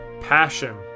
passion